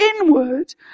inward